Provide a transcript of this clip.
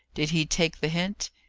did he take the hint?